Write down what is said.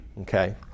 okay